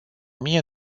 mie